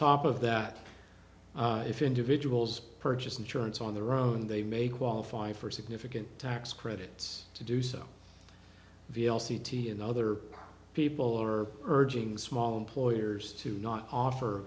top of that if individuals purchase insurance on their own they may qualify for significant tax credits to do so via l c t and other people are urging small employers to not offer